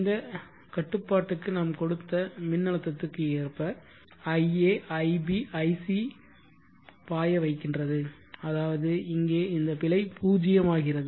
இந்த கட்டுப்பாட்டுக்கு நாம் கொடுத்த மின் அழுத்தத்துக்கு ஏற்ப ia ib ic பாய வைக்கின்றது அதாவது இங்கே இந்த பிழை பூஜ்ஜியமாகிறது